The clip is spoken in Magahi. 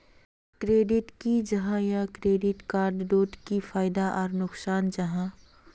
क्रेडिट की जाहा या क्रेडिट कार्ड डोट की फायदा आर नुकसान जाहा?